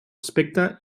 aspecte